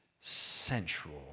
central